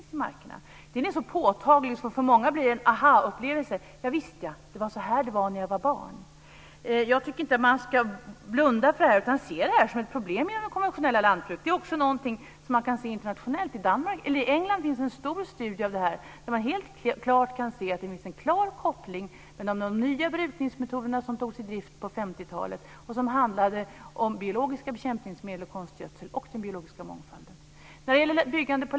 Denna förändring är så påtaglig att för många blir det en ahaupplevelse: Visst ja, det var så här det var när jag var barn. Jag tycker inte att man ska blunda för detta. Det är ett problem inom det konventionella lantbruket. Det är också en utveckling som man kan se internationellt. I England har det gjorts en stor studie där man kan se att det finns en klar koppling mellan de nya brukningsmetoderna som togs i drift på 50-talet med biologiska bekämpningsmedel och konstgödsel och den biologiska mångfalden.